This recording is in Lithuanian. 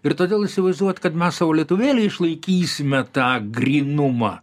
ir todėl įsivaizduot kad mes savo lietuvėlėj išlaikysime tą grynumą